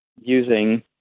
using